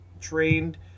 trained